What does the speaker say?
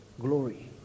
glory